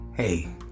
Hey